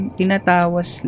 tinatawas